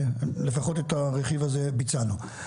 לפחות את הרכיב הזה, ביצענו.